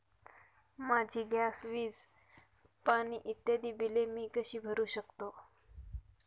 माझी गॅस, वीज, पाणी इत्यादि बिले मी कशी भरु शकतो?